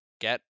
get